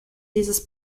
dieses